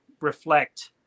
reflect